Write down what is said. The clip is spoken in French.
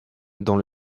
dans